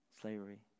slavery